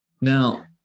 Now